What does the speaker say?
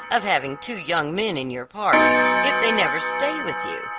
of having two young men in your party, if they never stay with you,